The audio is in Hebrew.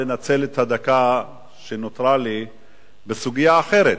לנצל את הדקה שנותרה לי לסוגיה אחרת,